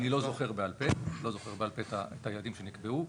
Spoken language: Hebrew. אני לא זוכר בעל פה את היעדים שנקבעו.